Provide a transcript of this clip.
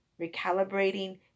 recalibrating